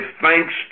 thanks